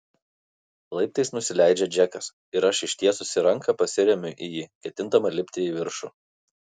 laiptais nusileidžia džekas ir aš ištiesusi ranką pasiremiu į jį ketindama lipti į viršų